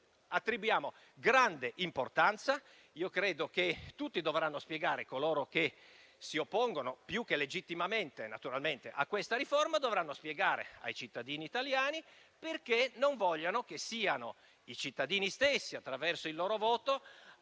attribuiamo grande importanza. Io credo che tutti coloro che si oppongono (naturalmente più che legittimamente) a questa riforma dovranno spiegare ai cittadini italiani perché non vogliono che siano i cittadini stessi, attraverso il loro voto,